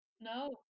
No